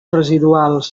residuals